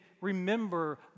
remember